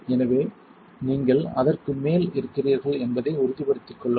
எனவே நீங்கள் அதற்கு மேல் இருக்கிறீர்கள் என்பதை உறுதிப்படுத்திக் கொள்ளுங்கள்